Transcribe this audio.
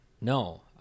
no